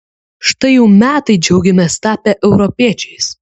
štai jau metai džiaugiamės tapę europiečiais